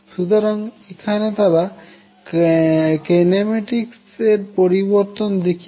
সুতরাং এখন তারা কিনেমেটিক্স এর পরিবর্তন দেখিয়েছেন